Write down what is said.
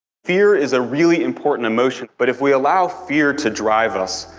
fear is a really important emotion, but if we allow fear to drive us,